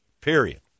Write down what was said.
Period